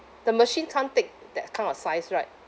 the machine can't take that kind of size right